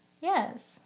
yes